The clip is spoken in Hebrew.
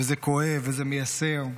וזה כואב, וזה מייסר.